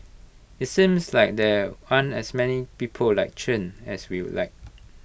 IT seems like there aren't as many people like Chen as we'd like